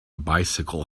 bicycle